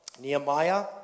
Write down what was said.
Nehemiah